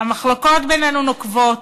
"המחלוקות בינינו נוקבות.